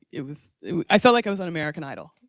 it was i felt like i was on american idol,